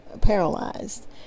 paralyzed